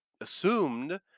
assumed